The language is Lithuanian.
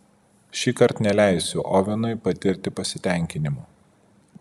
šįkart neleisiu ovenui patirti pasitenkinimo